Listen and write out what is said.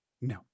No